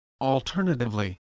Alternatively